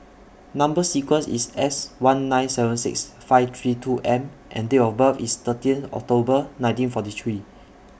Number sequence IS S one nine seven six five three two M and Date of birth IS thirteen October nineteen forty three